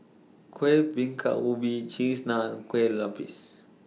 Kuih Bingka Ubi Cheese Naan Kue Lupis